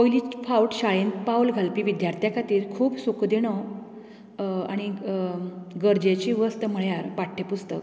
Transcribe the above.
पयलीच फावट शाळेंत पावल घालपी विद्यार्थ्या खातीर खूब सुखदिणो आनी गरजेची वस्त म्हळ्यार पाठ्यपुस्तक